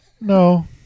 No